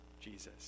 Jesus